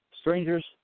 Strangers